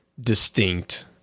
distinct